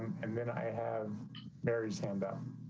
and then i have mary's handout.